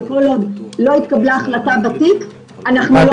שכל עוד לא התקבלה החלטה בתיק אנחנו לא